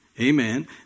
Amen